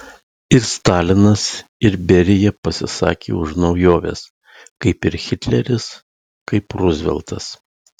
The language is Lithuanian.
ir stalinas ir berija pasisakė už naujoves kaip ir hitleris kaip ruzveltas